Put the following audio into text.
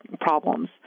problems